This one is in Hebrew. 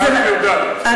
ואת יודעת,